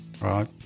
Right